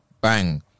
bang